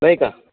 नाही का